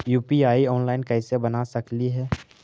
UPI online कैसे बना सकली हे?